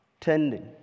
tending